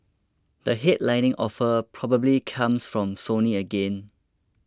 the headlining offer probably comes from Sony again